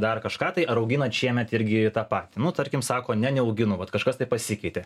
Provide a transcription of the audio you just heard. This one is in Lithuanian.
dar kažką tai ar auginat šiemet irgi tą patį nu tarkim sako ne neauginu vat kažkas tai pasikeitė